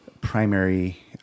primary